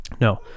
No